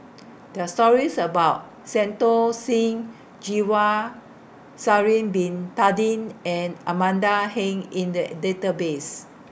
There Are stories about Santokh Singh Grewal Sha'Ari Bin Tadin and Amanda Heng in The Database